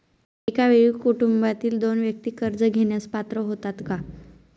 एका वेळी कुटुंबातील दोन व्यक्ती कर्ज घेण्यास पात्र होतात का?